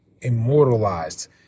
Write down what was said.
immortalized